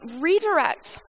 redirect